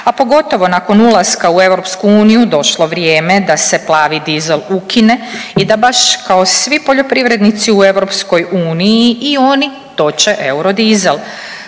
a pogotovo nakon ulaska u EU došlo vrijeme da se plavi dizel ukine i da baš kao svi poljoprivrednici u EU i oni toče eurodizel.